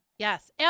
Yes